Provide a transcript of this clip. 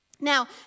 Now